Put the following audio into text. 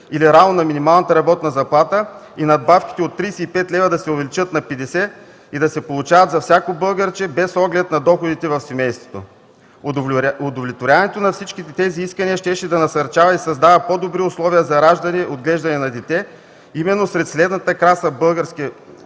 или равно на минималната работна заплата, надбавките от 35 лв. да се увеличат на 50 лв. и да се получават за всяко българче, без оглед на доходите в семейството. Удовлетворяването на всичките тези искания щеше да насърчава и да създава по-добри условия за раждане и отглеждане на дете именно сред средната класа български